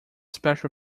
special